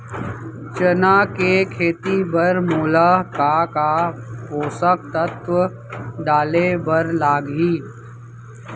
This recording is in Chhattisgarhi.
चना के खेती बर मोला का का पोसक तत्व डाले बर लागही?